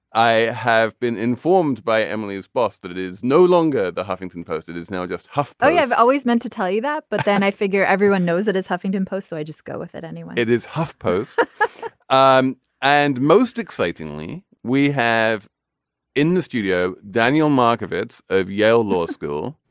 i have been informed by emily his boss that it is no longer the huffington post it is now just huff i yeah have always meant to tell you that but then i figure everyone knows it is huffington post so i just go with it anyway it is huff post um and most excitingly we have in the studio. daniel moskovitz of yale law school.